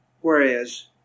whereas